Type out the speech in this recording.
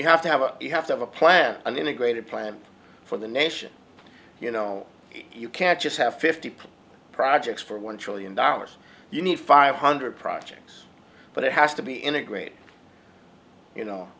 to have a you have to have a plan an integrated plan for the nation you know you can't just have fifty people projects for one trillion dollars you need five hundred projects but it has to be integrated you know